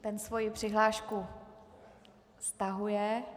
Ten svoji přihlášku stahuje.